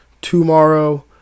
tomorrow